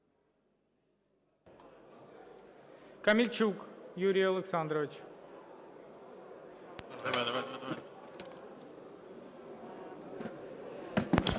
Камельчук Юрій Олександрович.